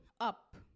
up